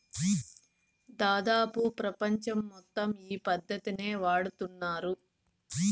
దాదాపు ప్రపంచం మొత్తం ఈ పద్ధతినే వాడుతున్నారు